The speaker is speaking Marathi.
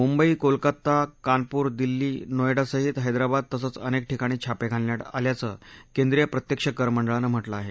मुंबई कोलकाता कानपुर दिल्ली नोएडासहीत हैद्राबाद तसंच अनेक ठिकाणी छापे घालण्यात आल्याचं केंद्रीय प्रत्यक्ष कर मंडळानं म्हटलं आहे